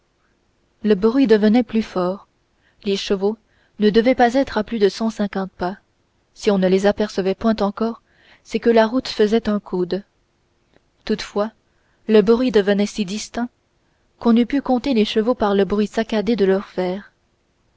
le bruit devenait plus fort les chevaux ne devaient pas être à plus de cent cinquante pas si on ne les apercevait point encore c'est que la route faisait un coude toutefois le bruit devenait si distinct qu'on eût pu compter les chevaux par le bruit saccadé de leurs fers